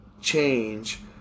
change